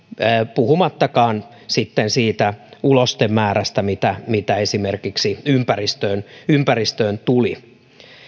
puhumattakaan sitten siitä ulostemäärästä mitä mitä esimerkiksi ympäristöön ympäristöön tuli